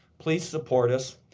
please support us.